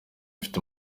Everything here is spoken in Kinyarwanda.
ufite